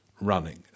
running